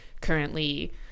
currently